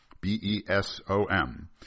B-E-S-O-M